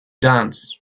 dance